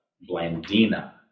Blandina